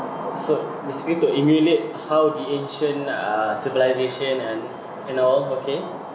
so basically to emulate how the ancient uh civilisation and and all okay